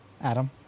Adam